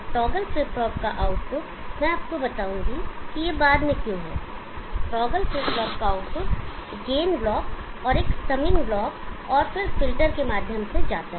toggle flip flop का output मैं आपको बताऊंगा कि यह बाद में क्यों है टॉगल फ्लिप फ्लॉप का आउटपुट गेन ब्लॉक और एक समिंग ब्लॉक और फिर फिल्टर के माध्यम से जाता है